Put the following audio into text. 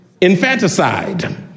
infanticide